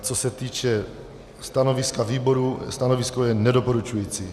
Co se týče stanoviska výboru, stanovisko je nedoporučující.